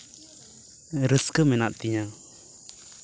ᱨᱟᱹᱥᱠᱟᱹ ᱢᱮᱱᱟᱜ ᱛᱤᱧᱟ